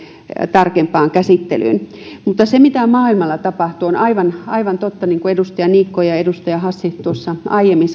tarkempaan käsittelyyn mutta siinä mitä maailmalla tapahtuu on aivan aivan totta niin kuin edustaja niikko ja edustaja hassi tuossa aiemmin